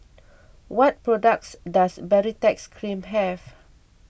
what products does Baritex Cream have